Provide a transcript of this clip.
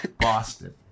boston